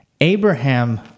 Abraham